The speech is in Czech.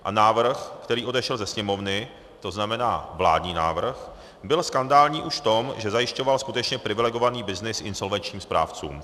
A návrh, který odešel ze Sněmovny, to znamená vládní návrh, byl skandální už v tom, že zajišťoval skutečně privilegovaný byznys insolvenčním správcům.